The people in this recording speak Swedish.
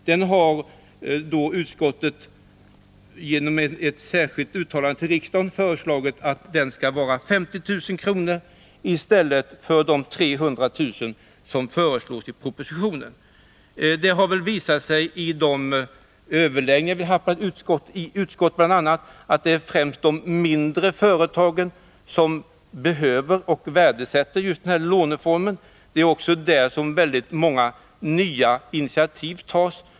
Där har utskottet genom ett uttalande föreslagit att gränsen skall vara 50 000 kr. i stället för de 300 000 kr. som föreslagits i propositionen. Det har visat sig under de överläggningar vi haft i utskottet att det främst är de mindre företagen som behöver och värdesätter denna låneform. Det är också i de små företagen som många nya initiativ tas.